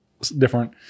different